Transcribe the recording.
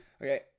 Okay